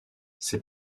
ses